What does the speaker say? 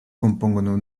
compongono